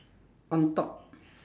on top